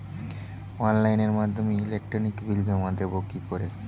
অনলাইনের মাধ্যমে electric bill জমা দেবো কি করে?